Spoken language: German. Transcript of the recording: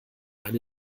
eine